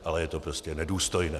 Ale je to prostě nedůstojné.